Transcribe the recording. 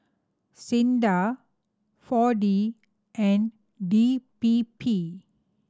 SINDA Four D and D P P